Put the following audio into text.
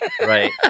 Right